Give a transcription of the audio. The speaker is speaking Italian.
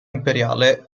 imperiale